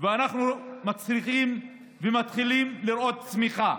ואנחנו מצליחים ומתחילים לראות צמיחה.